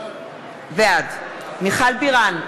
בעד מיכל בירן,